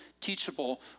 teachable